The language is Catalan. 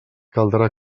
caldrà